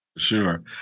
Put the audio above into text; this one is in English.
sure